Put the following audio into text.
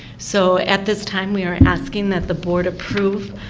so, at this time we are asking that the board approve,